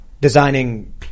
designing